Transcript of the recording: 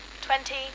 twenty